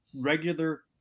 regular